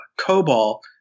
COBOL